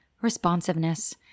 responsiveness